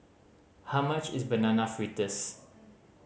how much is Banana Fritters